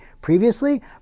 previously